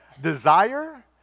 desire